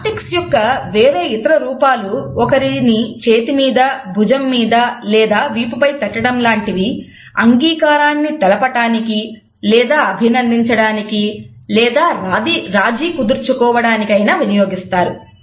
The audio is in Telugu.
హాప్టిక్స్ యొక్క వేరే ఇతర రూపాలు ఒకరిని చేతి మీద భుజం మీద లేదా వీపుపై తట్టడం లాంటివి అంగీకారాన్ని తెలపటానికి లేదా అభినందించడానికి లేదా రాజీ కుదుర్చుకోవడానికి అయినా వినియోగిస్తారు